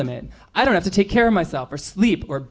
limit i don't have to take care of myself or sleep or